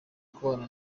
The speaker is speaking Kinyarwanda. kubana